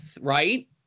right